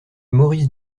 maurice